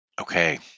Okay